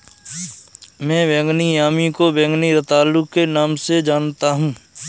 मैं बैंगनी यामी को बैंगनी रतालू के नाम से जानता हूं